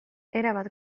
erabat